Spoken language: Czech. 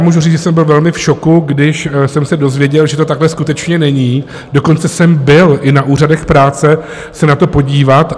Mohu říci, že jsem byl velmi v šoku, když jsem se dozvěděl, že to takhle skutečně není, dokonce jsem byl i na úřadech práce se na to podívat.